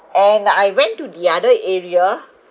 and I went to the other area